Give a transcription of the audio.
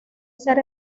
ser